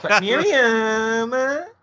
Miriam